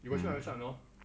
you got check my we chat or not